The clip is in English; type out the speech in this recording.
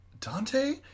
Dante